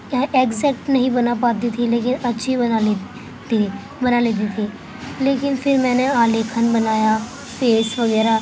exact نہیں بنا پاتی تھی لیکن اچھی بنا لیت تی بنا لیتی تھی لیکن پھر میں نے الیکھن بنایا فیس وغیرہ